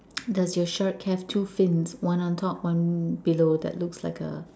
does your shark have two fins one on top one below that looks like a